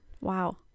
Wow